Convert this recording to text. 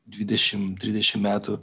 dvidešim trisdešim metų